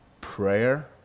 prayer